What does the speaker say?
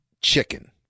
chicken